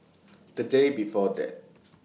The Day before that